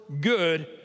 good